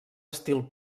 estil